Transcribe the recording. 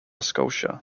scotia